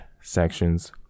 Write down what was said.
sections